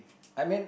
I mean